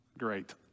Great